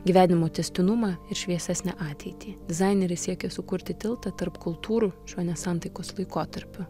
gyvenimo tęstinumą ir šviesesnę ateitį dizaineris siekė sukurti tiltą tarp kultūrų šio nesantaikos laikotarpiu